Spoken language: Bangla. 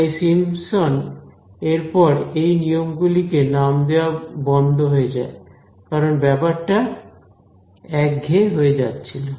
তাই সিম্পসন এর পর এই নিয়মগুলি কে নাম দেওয়া বন্ধ হয়ে যায় কারণ ব্যাপারটা একঘেয়ে হয়ে যাচ্ছিল